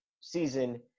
season